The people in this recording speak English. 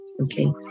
Okay